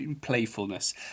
playfulness